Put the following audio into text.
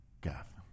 Gath